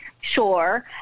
sure